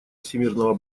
всемирного